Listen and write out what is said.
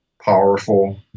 powerful